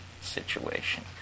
situation